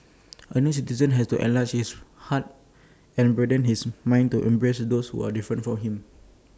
A new citizen has to enlarge his heart and broaden his mind to embrace those who are different from him